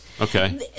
Okay